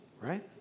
right